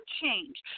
change